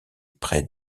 près